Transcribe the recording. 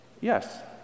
yes